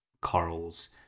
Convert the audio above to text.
corals